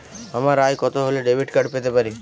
আমার আয় কত হলে ডেবিট কার্ড পেতে পারি?